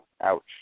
Ouch